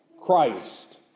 Christ